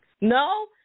No